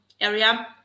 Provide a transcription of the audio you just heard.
area